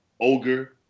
ogre